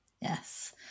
Yes